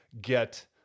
get